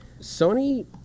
Sony